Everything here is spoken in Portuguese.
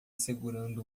segurando